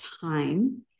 time